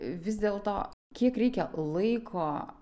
vis dėl to kiek reikia laiko